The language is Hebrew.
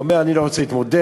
הוא אומר: אני לא רוצה להתמודד,